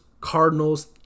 Cardinals